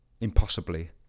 impossibly